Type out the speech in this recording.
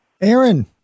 Aaron